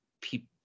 people